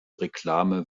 reklame